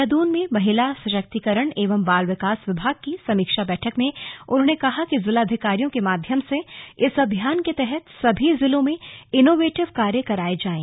देहरादून में महिला सशक्तिकरण एवं बाल विकास विभाग की समीक्षा बैठक में उन्होंने कहा कि जिलाधिकारियों के माध्यम से इस अभियान के तहत सभी जिलों में इनोवेटिव कार्य कराये जाएं